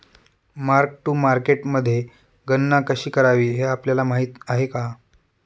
Mark to मार्केटमध्ये गणना कशी करावी हे आपल्याला माहित आहे का?